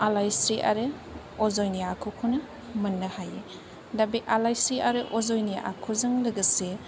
आलायस्रि आरो अजयनि आखुखौनो मोननो हायो दा बे आलायस्रि आरो अजयनि आखुजों लोगोसे